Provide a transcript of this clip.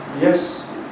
Yes